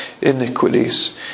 iniquities